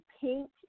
pink